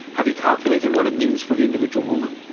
have you calculated what it means for the individual woman?